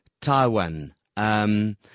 Taiwan